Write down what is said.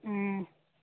ও